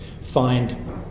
find